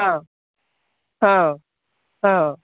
ହଁ ହଁ ହଁ